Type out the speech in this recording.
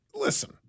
Listen